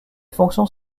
fonctions